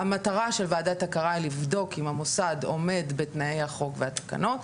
המטרה של וועדת הכרה לבדוק אם המוסד עומד בתנאי החוק והתקנות,